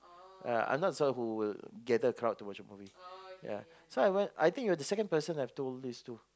ya I'm not someone who will gather a crowd to watch a movie so I went I think you're the second person I've told this to